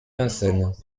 vincennes